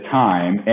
time